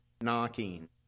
knocking